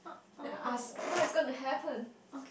then I ask what is going to happen